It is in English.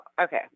Okay